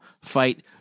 fight